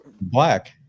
Black